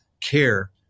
care